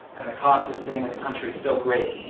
and the cost of staying in the country so great,